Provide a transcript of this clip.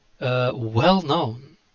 well-known